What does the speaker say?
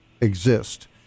exist